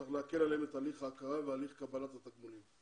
צריך להקל עליהם את הליך ההכרה והליך קבלת התגמולים.